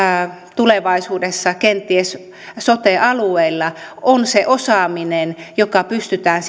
tulevaisuudessa kenties sote alueilla on se osaaminen joka pystytään